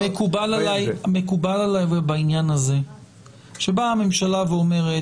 מקובל עלי בעניין הזה שבאה הממשלה ואומרת: